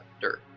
dirt